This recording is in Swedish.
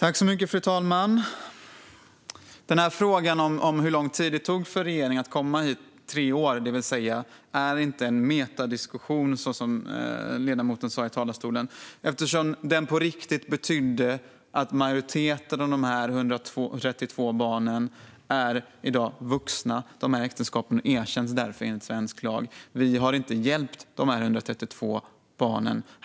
Fru talman! Frågan om hur lång tid det tog för regeringen att komma hit, det vill säga tre år, är inte en metadiskussion, som ledamoten sa i talarstolen, eftersom den på riktigt betydde att majoriteten av de 132 barnen är vuxna i dag och att äktenskapen därför är erkända enligt svensk lag. Vi har inte hjälpt dessa 132 barn.